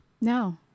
No